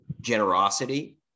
generosity